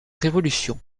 révolution